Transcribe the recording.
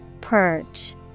Perch